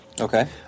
Okay